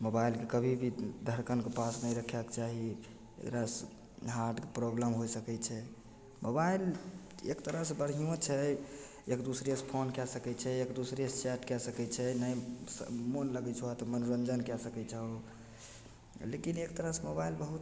मोबाइलके कभी भी धड़कनके पास नहि रखैके चाही एकरासे हार्टके प्रॉबलम होइ सकै छै मोबाइल एक तरहसे बढ़िओँ छै एक दोसरेसे फोन कै सकै छै एक दोसरे से चैट कै सकै छै नहि मोन लगै छौ मनोरञ्जन कै सकै छहौ लेकिन एक तरहसे मोबाइल बहुत